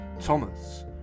Thomas